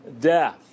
death